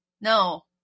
no